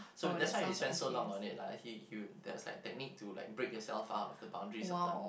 so that's why we spent so long on it lah he he would there was like a technique to like break yourself out of the boundaries of the